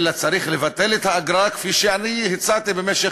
אלא צריך לבטל את האגרה כפי שאני הצעתי במשך